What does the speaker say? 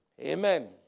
Amen